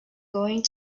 going